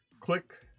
click